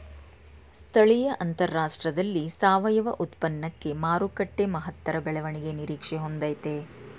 ಸ್ಥಳೀಯ ಅಂತಾರಾಷ್ಟ್ರದಲ್ಲಿ ಸಾವಯವ ಉತ್ಪನ್ನಕ್ಕೆ ಮಾರುಕಟ್ಟೆ ಮಹತ್ತರ ಬೆಳವಣಿಗೆ ನಿರೀಕ್ಷೆ ಹೊಂದಯ್ತೆ